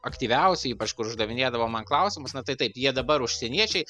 aktyviausi ypač kur uždavinėdavo man klausimus na tai taip jie dabar užsieniečiai